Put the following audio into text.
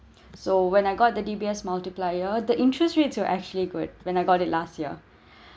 so when I got the D_B_S multiplier the interest rates are actually good when I got it last year